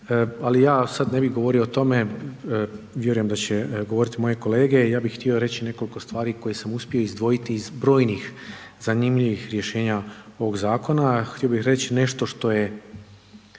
Ali ja ne bi sada govorio o tome, vjerujem da će govoriti moje kolege. Ja bi htio reći nekoliko stvari koje sam uspio izdvojiti iz brojnih zanimljivih rješenja ovog zakona. Htio bih reći nešto što je